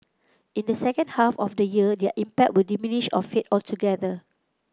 in the second half of the year their impact will diminish or fade altogether